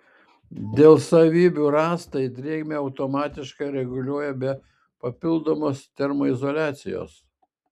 dėl savybių rąstai drėgmę automatiškai reguliuoja be papildomos termoizoliacijos